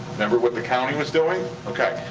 remember what the county was doing? okay.